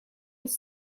des